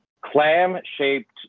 clam-shaped